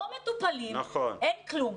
גני הילדים לא מטופלים, אין כלום.